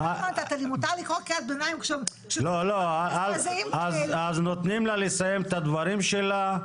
מותר לקרוא קריאת בינים --- אז נותנים לה לסיים את הדברים שלה.